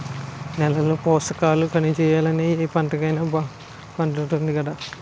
నేలలో పోసకాలు, కనిజాలుంటేనే ఏ పంటైనా బాగా పండుతాది కదా